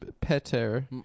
Peter